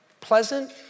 pleasant